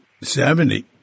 Seventy